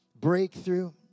breakthrough